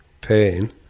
pain